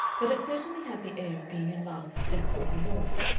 but it certainly had the air of being a last desperate resort.